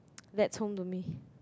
that's home to me